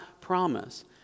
promise